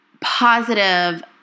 positive